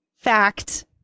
fact